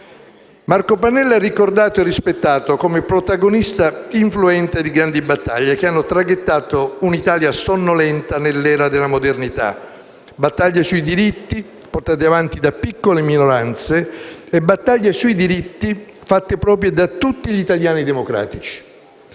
Marco Pannella è ricordato e rispettato come protagonista influente di grandi battaglie che hanno traghettato un'Italia sonnolenta nell'era della modernità. Battaglie sui diritti portate avanti da piccole minoranze e battaglie sui diritti fatte proprie da tutti gli italiani democratici.